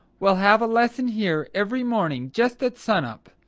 we'll have a lesson here every morning just at sun-up.